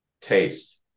Taste